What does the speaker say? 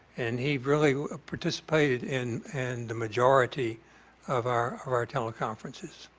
and he really ah participated in and the majority of our of our teleconferences.